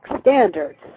standards